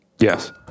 Yes